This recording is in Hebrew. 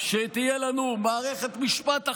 שתהיה לנו מערכת משפט אחרת,